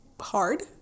hard